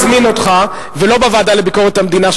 ולא בוועדה לביקורת המדינה,